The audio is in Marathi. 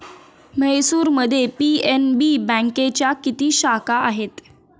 म्हैसूरमध्ये पी.एन.बी बँकेच्या किती शाखा आहेत?